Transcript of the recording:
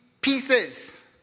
pieces